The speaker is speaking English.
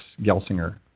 Gelsinger